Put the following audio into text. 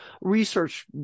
research